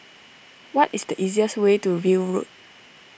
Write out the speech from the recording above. what is the easiest way to View Road